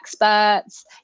experts